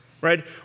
right